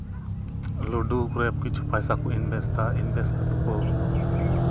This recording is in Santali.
ᱞᱩᱰᱩ ᱨᱮ ᱠᱤᱪᱷᱩ ᱯᱚᱭᱥᱟ ᱠᱚ ᱤᱱᱵᱮᱥᱴ ᱫᱟ ᱤᱱᱵᱷᱮᱥᱴ ᱠᱟᱛᱮᱫ ᱠᱚ